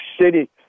city